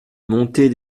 montée